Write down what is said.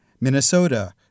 Minnesota